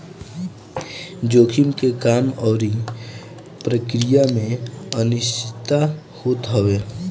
जोखिम के काम अउरी प्रक्रिया में अनिश्चितता होत हवे